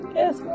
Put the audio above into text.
yes